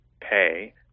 pay